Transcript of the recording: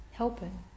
Helping